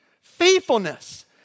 faithfulness